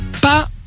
pas